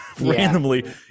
randomly